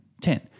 ten